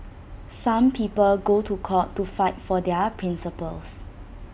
some people go to court to fight for their principles